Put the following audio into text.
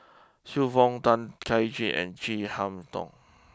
Xiu Fang Tay Kay Chin and Chin Harn Tong